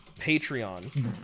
Patreon